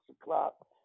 o'clock